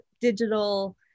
digital